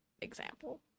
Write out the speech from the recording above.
example